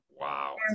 Wow